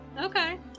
Okay